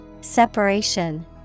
Separation